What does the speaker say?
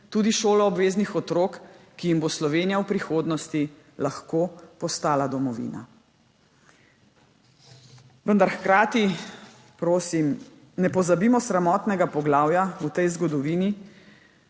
tudi šoloobveznih otrok, ki jim bo Slovenija v prihodnosti lahko postala domovina. Vendar hkrati, prosim, ne pozabimo sramotnega poglavja v tej zgodovini,